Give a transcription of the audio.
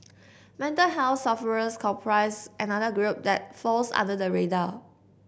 mental health sufferers comprise another group that falls under the radar